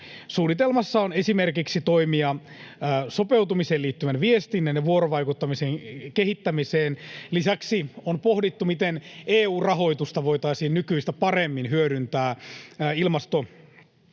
Suunnitelmassa on esimerkiksi toimia sopeutumiseen liittyvän viestinnän ja vuorovaikuttamisen kehittämiseen. Lisäksi on pohdittu, miten EU-rahoitusta voitaisiin nykyistä paremmin hyödyntää ilmasto-ongelmien